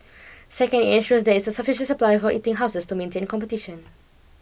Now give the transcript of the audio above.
second it ensures there is a sufficient supply of eating houses to maintain competition